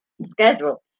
schedule